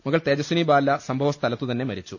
മകൾ തേജസ്വിനി ബാല സംഭവസ്ഥലത്തുതന്നെ മരിച്ചു